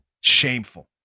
Shameful